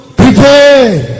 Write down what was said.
prepare